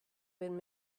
been